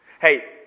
Hey